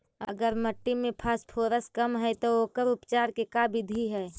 अगर मट्टी में फास्फोरस कम है त ओकर उपचार के का बिधि है?